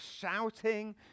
shouting